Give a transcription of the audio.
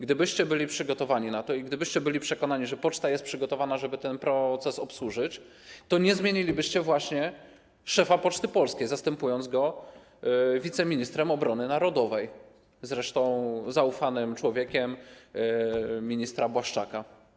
Gdybyście byli przygotowani na to i gdybyście byli przekonani, że poczta jest przygotowana, żeby ten proces obsłużyć, to nie zmienilibyście właśnie szefa Poczty Polskiej, zastępując go wiceministrem obrony narodowej, zresztą zaufanym człowiekiem ministra Błaszczaka.